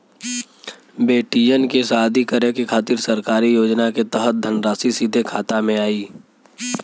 बेटियन के शादी करे के खातिर सरकारी योजना के तहत धनराशि सीधे खाता मे आई?